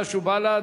חד"ש ובל"ד.